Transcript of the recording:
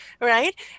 right